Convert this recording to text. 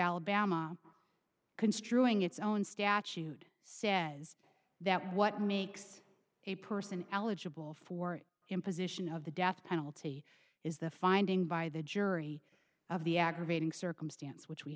alabama construing its own statute says that what makes a person eligible for imposition of the death penalty is the finding by the jury of the aggravating circumstance which we